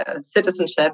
citizenship